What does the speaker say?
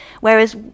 Whereas